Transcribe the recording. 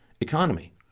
economy